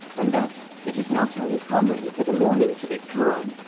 and thus it is not uncommon for the morning to be calm,